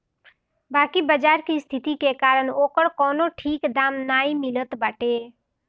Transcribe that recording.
बाकी बाजार के स्थिति के कारण ओकर कवनो ठीक दाम नाइ मिलत बाटे